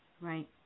Right